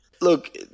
Look